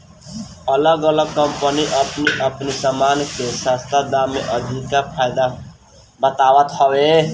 अलग अलग कम्पनी अपनी अपनी सामान के सस्ता दाम में अधिका फायदा बतावत हवे